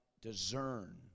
discern